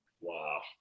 wow